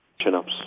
chin-ups